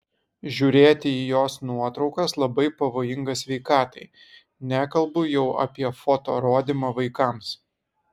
žiūrėti į jos nuotraukas labai pavojinga sveikatai nekalbu jau apie foto rodymą vaikams